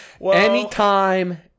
anytime